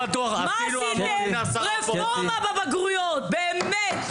רפורמה בבגרויות, באמת,